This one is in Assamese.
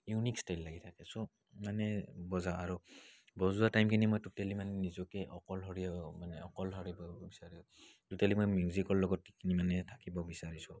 ইউনিক ষ্টাইল লাগি থাকে ছ' মানে বজাওঁ আৰু বজোৱা টাইমখিনি মই ট'টেলি মানে নিজকে অকলশৰীয়া মানে অকলশৰীয়া কৰিব বিচাৰোঁ ট'টেলি মই মিউজিকৰ লগত মানে থাকিব বিচাৰোঁ